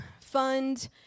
fund